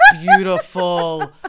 beautiful